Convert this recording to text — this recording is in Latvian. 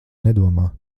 nedomā